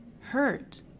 hurt